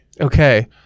Okay